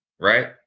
right